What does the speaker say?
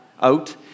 out